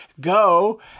go